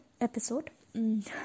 episode